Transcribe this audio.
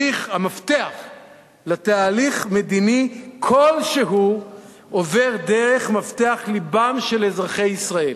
המפתח לתהליך מדיני כלשהו עובר דרך מפתח לבם של אזרחי ישראל.